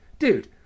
Dude